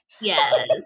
Yes